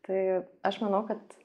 tai aš manau kad